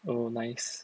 oh nice